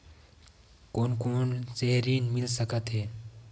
कोन कोन से ऋण मिल सकत हे?